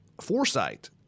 foresight